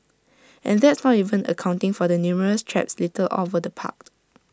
and that's not even accounting for the numerous traps littered all over the park